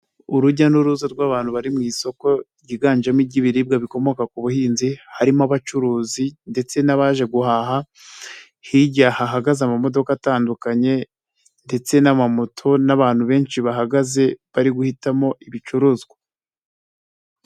Urujya n'uruza rw'abantu bari mu isoko ryiganjemo ibiribwa bikomoka ku buhinzi, harimo abacuruzi ndetse n'abaje guhaha, hirya hahagaze amamodoka atandukanye ndetse n'amamoto n'abantu benshi bahagaze bari guhitamo ibicuruzwa.